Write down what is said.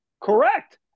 Correct